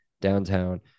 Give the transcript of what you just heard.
downtown